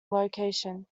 location